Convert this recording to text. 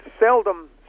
Seldom